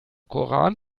koran